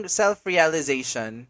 self-realization